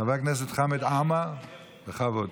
חבר הכנסת חמד עמאר, בכבוד.